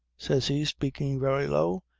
says he, speaking very low.